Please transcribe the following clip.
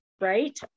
right